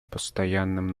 постоянным